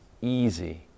easy